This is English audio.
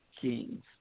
kings